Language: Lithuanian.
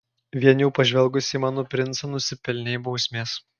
vien jau pažvelgusi į mano princą nusipelnei bausmės